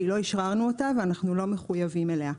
כי לא אשררנו אותה ואנחנו לא מחויבים אליה.